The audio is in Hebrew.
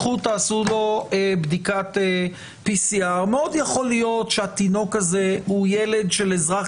תעשו לו בדיקת PCR. מאוד יכול להיות שזה ילד של אזרח